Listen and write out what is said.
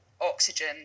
oxygen